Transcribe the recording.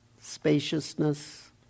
spaciousness